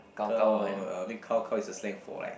gao I mean gao gao is a slang for like